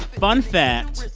fun fact,